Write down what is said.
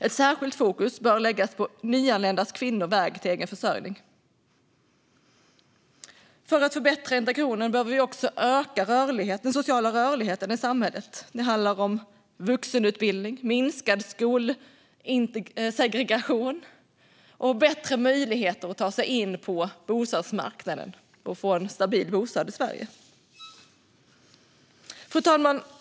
Ett särskilt fokus bör läggas på nyanlända kvinnors väg till egen försörjning. För att förbättra integrationen behöver vi också öka den sociala rörligheten i samhället. Det handlar om vuxenutbildning, minskad skolsegregation och bättre möjligheter att ta sig in på bostadsmarknaden och få en fast bostad i Sverige. Fru talman!